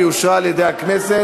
והיא אושרה על-ידי הכנסת.